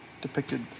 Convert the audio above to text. depicted